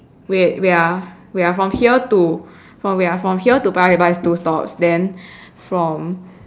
wait wait ah wait ah from here to from wait ah from here to Paya-Lebar is two stop then from